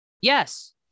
yes